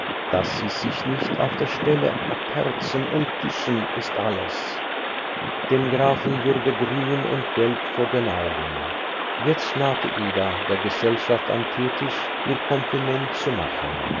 daß sie sich nicht auf der stelle abherzen und küssen ist alles dem grafen würde grün und gelb vor den augen jetzt nahte ida der gesellschaft am teetisch ihr kompliment zu machen